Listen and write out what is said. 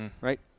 right